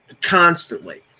constantly